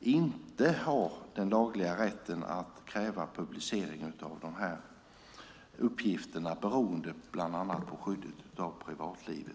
inte har den lagliga rätten att kräva publicering av uppgifterna beroende bland annat på skyddet av privatlivet.